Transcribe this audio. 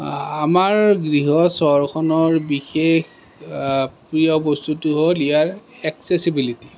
আমাৰ গৃহ চহৰখনৰ বিশেষ প্ৰিয় বস্তুটো হ'ল ইয়াৰ একচেচিবিলিটী